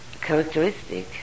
characteristic